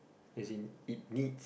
as in it needs